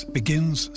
begins